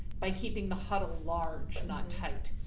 by keeping the huddle large not tight,